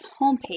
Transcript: homepage